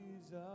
Jesus